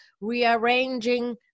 rearranging